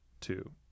two